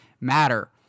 matter